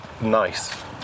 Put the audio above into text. nice